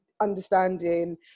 understanding